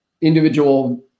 individual